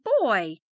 boy